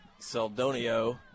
Saldonio